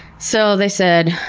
so they said,